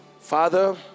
Father